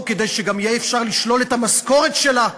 כדי שגם יהיה אפשר לשלול את המשכורת שלה,